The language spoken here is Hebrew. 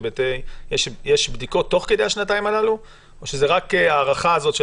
האם יש בדיקות תוך כדי השנתיים הללו או שההארכה הזאת של